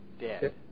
dead